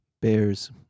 Bears